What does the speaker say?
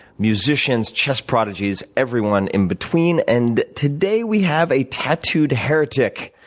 musicians, chess prodigies, everyone in between. and today, we have a tattooed heretic,